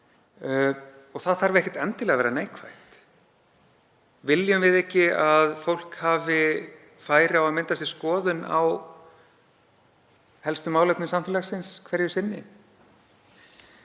Það þarf ekki endilega að vera neikvætt. Viljum við ekki að fólk hafi færi á að mynda sér skoðun á helstu málefnum samfélagsins hverju sinni?